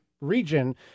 region